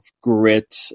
grit